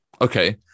okay